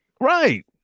Right